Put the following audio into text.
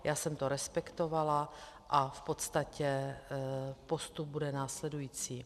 Já jsem to respektovala a v podstatě postup bude následující.